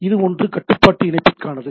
இது ஒன்று கட்டுப்பாட்டு இணைப்பிற்கானது